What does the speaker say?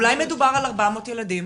אולי מדובר על 400 ילדים